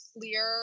clear